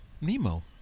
Nemo